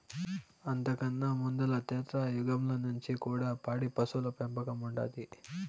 అంతకన్నా ముందల త్రేతాయుగంల నుంచి కూడా పాడి పశువుల పెంపకం ఉండాది